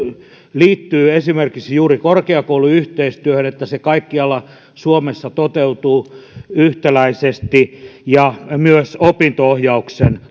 liittyy esimerkiksi juuri korkeakouluyhteistyöhön niin että se kaikkialla suomessa toteutuu yhtäläisesti ja myös opinto ohjauksen